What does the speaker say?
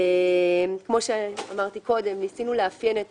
כמו שאמרתי קודם, ניסינו לאפיין את